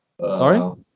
sorry